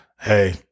hey